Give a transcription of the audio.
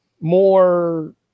more